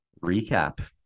recap